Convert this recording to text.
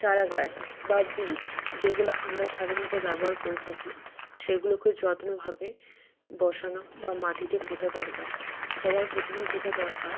চারাগাছ বা বীজ যেগুলো আমরা সাধারণত ব্যবহার করে থাকি সেইগুলোকে খুব যত্নভাবে বসানো বা মাটিতে পোঁতা দরকার সবার প্রথমে যেটা দরকার